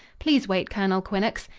please wait, colonel quinnox.